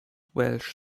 welsh